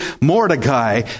Mordecai